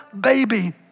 baby